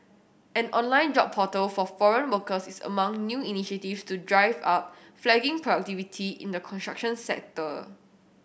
an online job portal for foreign workers is among new initiatives to drive up flagging productivity in the construction sector